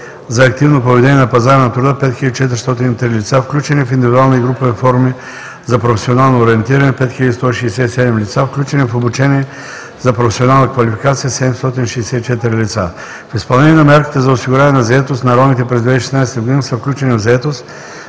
за активно поведение на пазара на труда – 5 403 лица; - включени в индивидуални и групови форми за професионално ориентиране – 5 167 лица; - включени в обучение за професионална квалификация – 764 лица. В изпълнение на мярката за осигуряване на заетост на ромите през 2016 г. са включени в заетост